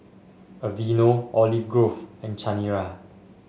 Aveeno Olive Grove and Chanira